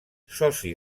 soci